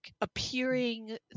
appearing